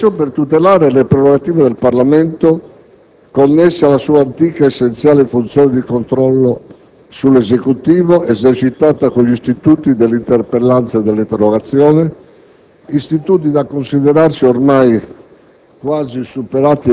Mi sono dimesso per tutelare le prerogative del Parlamento connesse alla sua antica ed essenziale funzione di controllo sull'Esecutivo, esercitata con gli istituti dell'interpellanza e dell'interrogazione, istituti da considerarsi quasi